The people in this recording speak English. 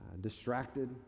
distracted